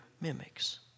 mimics